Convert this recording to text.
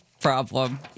problem